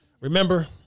Remember